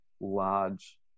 large